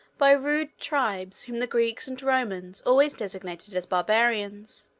by rude tribes whom the greeks and romans always designated as barbarians.